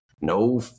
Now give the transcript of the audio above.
No